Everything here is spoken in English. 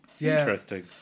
interesting